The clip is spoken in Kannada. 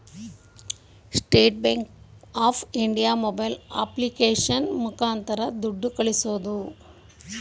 state bank of India mobile application ಮುಖಾಂತರ ದುಡ್ಡು ಕಳಿಸಬೋದು